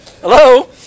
Hello